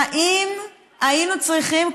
האם היינו צריכים,